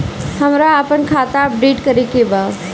हमरा आपन खाता अपडेट करे के बा